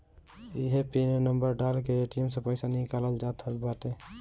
इहे pin number डाल के ए.टी.एम से पईसा निकालल जात बाटे